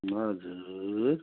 हजुर